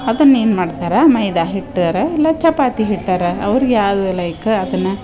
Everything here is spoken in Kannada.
ಅದನ್ನ ಏನು ಮಾಡ್ತಾರ ಮೈದಾ ಹಿಟ್ಟರೆ ಇಲ್ಲ ಚಪಾತಿ ಹಿಟ್ಟರ ಅವರಿಗೆ ಯಾವುದು ಲೈಕ್ ಅದನ್ನ